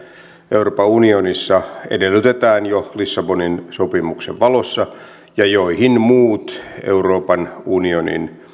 euroopan unionissa edellytetään jo lissabonin sopimuksen valossa ja jolla muut euroopan unionin